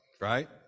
right